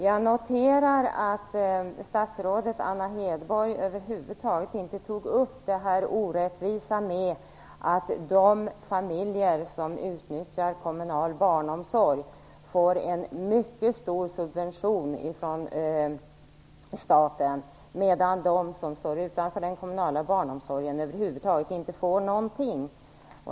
Jag noterar att statsrådet Anna Hedborg över huvud taget inte tog upp det orättvisa i att de familjer som utnyttjar kommunal barnomsorg får en mycket stor subvention från staten, medan de som står utanför den kommunala barnomsorgen över huvud taget inte får någonting.